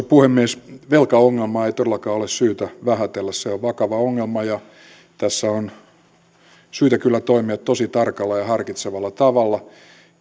puhemies velkaongelmaa ei todellakaan ole syytä vähätellä se on vakava ongelma ja tässä on syytä kyllä toimia tosi tarkalla ja harkitsevalla tavalla